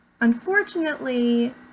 Unfortunately